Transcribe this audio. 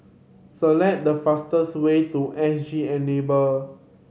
select the fastest way to S G Enable